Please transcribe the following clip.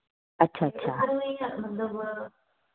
अच्छा अच्छा